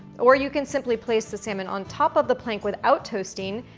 or you can simply place the salmon on top of the plank without toasting,